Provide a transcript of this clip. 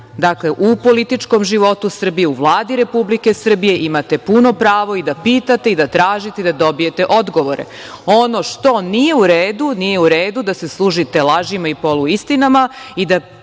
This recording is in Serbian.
ja jesam u političkom životu Srbije, u Vladi Republike Srbije, imate puno pravo i da pitate i da tražite i da dobijete odgovore. Ono što nije u redu, nije u redu da se služite lažima i poluistinama i da